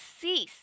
Cease